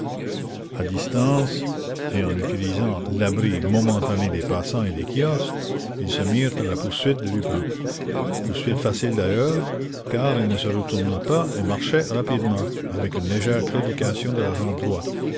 à distance et en utilisant l'abri momentané des passants et des kiosques ganimard et sholmès se mirent à la poursuite de bresson mais il ne se retournait pas et marchait rapidement avec une légère claudication delà jambe droite